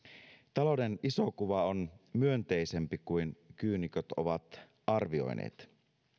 talouden iso kuva on myönteisempi kuin kyynikot ovat arvioineet